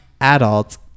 adults